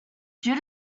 due